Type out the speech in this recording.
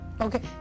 Okay